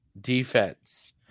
defense